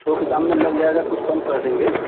थोक दाम में लग जाएगा कुछ कम कर देंगे